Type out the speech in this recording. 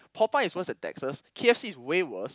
Popeyes is worse than Texas K_F_C is way worse